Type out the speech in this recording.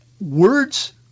words